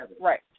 Right